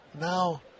Now